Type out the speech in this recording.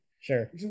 Sure